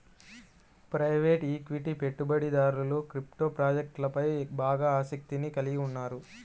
private equity పెట్టుబడిదారులు crypto ప్రాజెక్ట్లపై బాగా ఆసక్తిని కలిగి ఉన్నారు